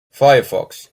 firefox